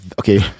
Okay